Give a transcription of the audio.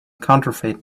counterfeit